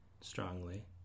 strongly